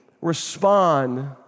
respond